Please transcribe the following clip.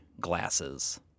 glasses